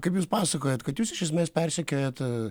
kaip jūs pasakojat kad jūs iš esmės persekiojat